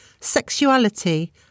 Sexuality